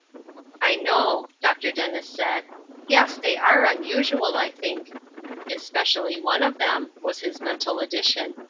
i know, dr. dennis said yes, they are unusual, i think especially one of them, was his mental addition.